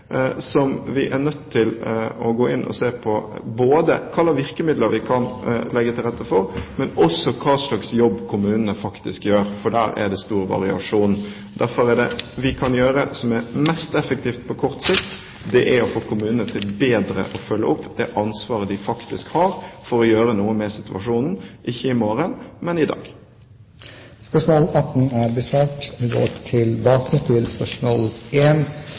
som vi er nødt til å gå inn og se på. Vi må se på både hvilke virkemidler vi kan legge til rette for, og hva slags jobb kommunene faktisk gjør. Der er det stor variasjon. Det vi kan gjøre som er mest effektivt på kort sikt, er å få kommunene til å følge bedre opp det ansvaret de faktisk har for å gjøre noe med situasjonen – ikke i morgen, men i dag. Vi går tilbake til spørsmålene 1–4. Før jeg gir ordet til